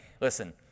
Listen